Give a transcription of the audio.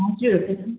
हजुर